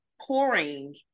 pouring